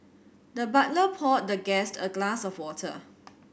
the butler poured the guest a glass of water